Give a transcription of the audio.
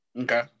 Okay